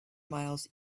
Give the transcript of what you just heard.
miles